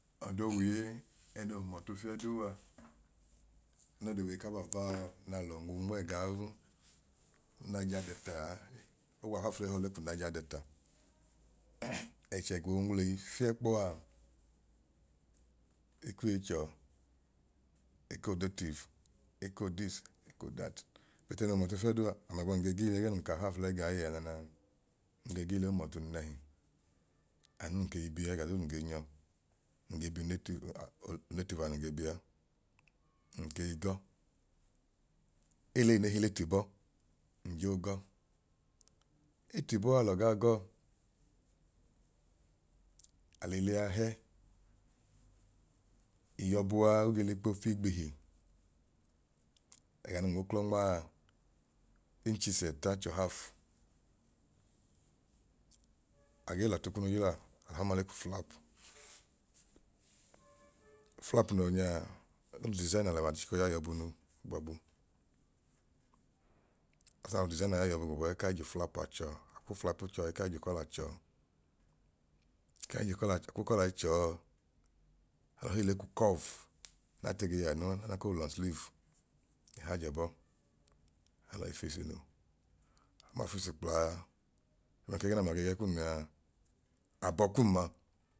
Ọdoo wiye ẹnoo hum ọtu fiẹduu a anu w'ọdo wiye k'obaabaa n'alọ nwu nmẹẹgaa u unaija dẹltaa. Owa afaafulẹyi a ehọọ le ku naija dẹlta, ẹchẹ gboo nwuleyi fiẹ kpọ a ekwiyee chọọ ekoo netiv ekoo ekoo this ekoo that but ọda noo hum ọtu fiẹduu a amia abọim ge giili ẹgẹẹ nun ka afaafulẹyi gaa yẹ ananaa, nge giili ohum ọtu nẹhi anun nun kei bia ẹga duu nun ge nyọọ nge biu netiv aa netiv a nun ge bia nkei gọ. Olei ne hi l'etibọ, njoo gọọ, etibọ a alọ gaa gọọ aliili a hẹ. iyọbua oge l'ikpo fiigbihi ẹga nun nwu uklọ nmaa inchis ẹta chu haf, age l'ọtu kunu yila alọ h'ọma le ku flap. Flap noo yọ nyaa olu disain alẹwa nun chiko ya iyọbunu gbọbu, after naa lu disain a ya iyọbunu gbọbu ẹẹkai ju flap a chọọ aa akwu flapu chọọ ẹẹ kai j'ukọla chọọ kai jukọlaa ch kukọlai chọọ alọ hei le ku kọv n'ate ge yaanu a odan ko wu 'long sleeve' ẹhajẹ bọọ alọi fisi nu alọ fisi kplaa, aman k'ẹgẹẹ naa mia gee yẹkum lẹa abọ kum ma